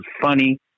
funny